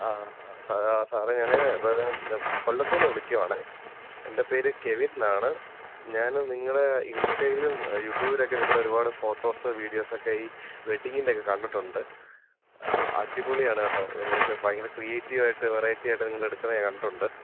ആ സാറേ ഞാൻ കൊല്ലത്തുനിന്ന് വിളിക്കുവാണേ എൻ്റെ പേര് കെവിൻ എന്നാണ് ഞാൻ നിങ്ങളുടെ ഇൻസ്റ്റേലും യൂട്യൂബിലൊക്കെ നിങ്ങളുടെ ഒരുപാട് ഫോട്ടോസ് വിഡിയോസൊക്കെ ഈ വെഡിങ്ങിൻറ്റെയൊക്കെ കണ്ടിട്ടുണ്ട് അടിപൊളിയാണ് കേട്ടോ എന്നുവെച്ചാൽ ഭയങ്കര ക്രീയേറ്റീവായിട്ട് വെറയിറ്റിയായിട്ട് നിങ്ങൾ എടുക്കുന്നത് ഞാൻ കണ്ടിട്ടുണ്ട്